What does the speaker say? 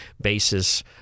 basis